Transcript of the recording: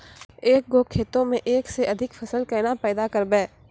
एक गो खेतो मे एक से अधिक फसल केना पैदा करबै?